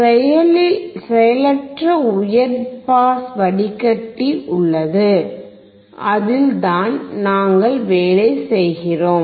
செயலற்ற உயர் பாஸ் வடிகட்டி உள்ளது அதில் தான் நாங்கள் வேலை செய்கிறோம்